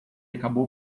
acabou